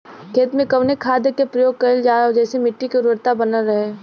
खेत में कवने खाद्य के प्रयोग कइल जाव जेसे मिट्टी के उर्वरता बनल रहे?